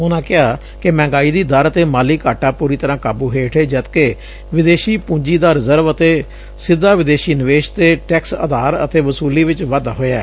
ਉਨੂਾ ਕਿਹਾ ਕਿ ਮਹਿੰਗਾਈ ਦੀ ਦਰ ਅਤੇ ਮਾਲੀ ਘਾਟਾ ਪੂਰੀ ਤਰ੍ਹਾਂ ਕਾਬੂ ਹੇਠ ਏ ਜਦਕਿ ਵਿਦੇਸ਼ੀ ਪੂੰਜੀ ਦਾ ਰਿਜ਼ਰਵ ਅਤੇ ਸਿੱਧਾ ਵਿਦੇਸ਼ੀ ਨਿਵੇਸ਼ ਤੇ ਟੈਕਸ ਆਧਾਰ ਅਤੇ ਵਸੁਲੀ ਵਿਚ ਵਾਧਾ ਹੋਇਐ